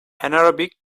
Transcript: anaerobic